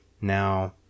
Now